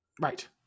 Right